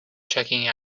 checking